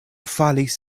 falis